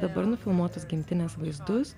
dabar nufilmuotus gimtinės vaizdus